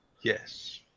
Yes